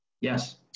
Yes